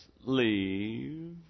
leave